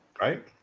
Right